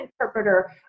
interpreter